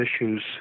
issues